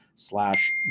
Slash